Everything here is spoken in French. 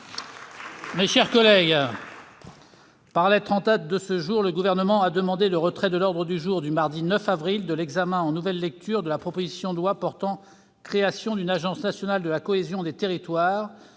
Mes chers collègues, par lettre en date de ce jour, le Gouvernement a demandé le retrait de l'ordre du jour du mardi 9 avril de l'examen en nouvelle lecture de la proposition de loi portant création d'une Agence nationale de la cohésion des territoires